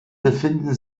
befinden